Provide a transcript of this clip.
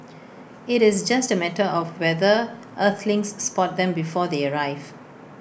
IT is just A matter of whether Earthlings spot them before they arrive